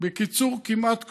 בקיצור כמעט כלום.